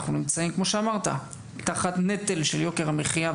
אנחנו נמצאים, כמו שאמרת, תחת נטל של יוקר המחיה.